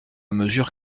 mesure